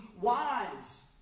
Wives